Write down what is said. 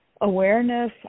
awareness